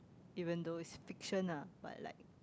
even though it's fiction ah but like